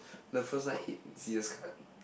the first time I eat scissors cut